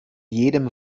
jedem